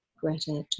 Greta